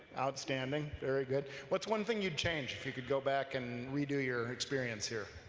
outstanding, very good, what's one thing you'd change if you could go back and redo your experience here?